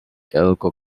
elko